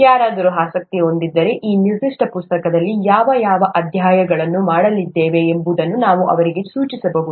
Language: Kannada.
ಯಾರಾದರೂ ಆಸಕ್ತಿ ಹೊಂದಿದ್ದರೆ ಈ ನಿರ್ದಿಷ್ಟ ಪುಸ್ತಕದಲ್ಲಿ ನಾವು ಯಾವ ಅಧ್ಯಾಯಗಳನ್ನು ಮಾಡಲಿದ್ದೇವೆ ಎಂಬುದನ್ನು ನಾವು ಅವರಿಗೆ ಸೂಚಿಸಬಹುದು